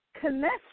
connect